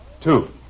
two